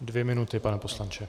Dvě minuty, pane poslanče.